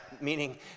meaning